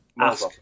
ask